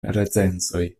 recenzoj